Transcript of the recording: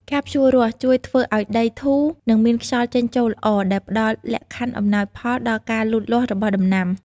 ការភ្ជួររាស់ ជួយធ្វើឲ្យដីធូរ និងមានខ្យល់ចេញចូលល្អ ដែលផ្តល់លក្ខខណ្ឌអំណោយផលដល់ការលូតលាស់របស់ដំណាំ។